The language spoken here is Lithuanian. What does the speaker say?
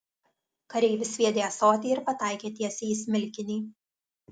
kareivis sviedė ąsotį ir pataikė tiesiai į smilkinį